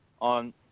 on